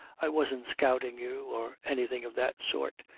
i wasn't scouting you, or anything of that sort.